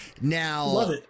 Now